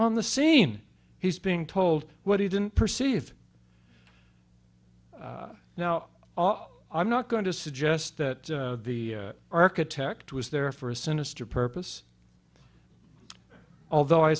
on the scene he's being told what he didn't perceive now i'm not going to suggest that the architect was there for a sinister purpose although i